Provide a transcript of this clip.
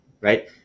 right